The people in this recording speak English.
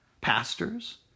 pastors